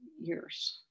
years